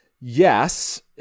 yes